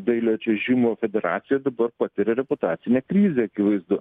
dailiojo čiuožimo federacija dabar patiria reputacinę krizę akivaizdu